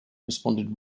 responded